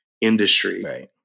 industry